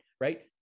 right